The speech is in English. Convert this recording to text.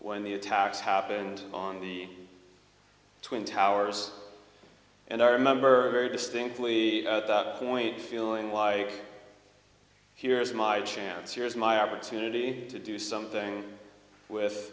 when the attacks happened on the twin towers and i remember very distinctly at that point feeling why here is my chance here is my opportunity to do something with